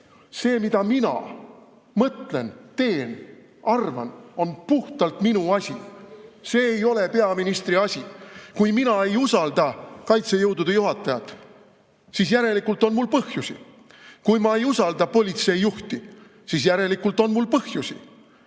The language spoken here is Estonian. mida mina mõtlen, teen, arvan, on puhtalt minu asi. See ei ole peaministri asi. Kui mina ei usalda kaitsejõudude juhatajat, siis järelikult on mul põhjusi. Kui ma ei usalda politseijuhti, siis järelikult on mul põhjusi.